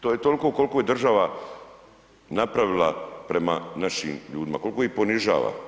To je toliko koliko je država napravila prema našim ljudima, koliko ih ponižava.